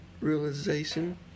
realization